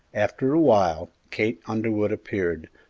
after a while, kate underwood appeared,